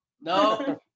No